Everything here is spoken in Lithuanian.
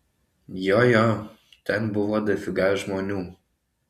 jo jo ten buvo dafiga žmonių